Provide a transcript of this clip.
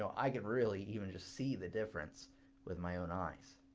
i can really even just see the difference with my own eyes.